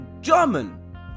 German